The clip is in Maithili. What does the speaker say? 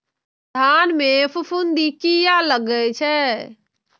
धान में फूफुंदी किया लगे छे?